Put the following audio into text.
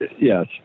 Yes